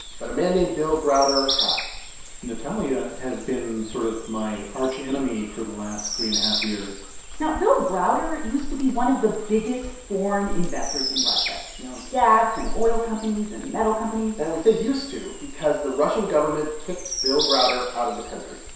but a man named bill browder had natalia has been sort of my archenemy for the last three and a half years now, bill browder used to be one of the biggest foreign investors in russia. he owned gas and oil companies and metal companies and we say used to because the russian government kicked bill browder out of the country,